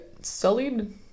sullied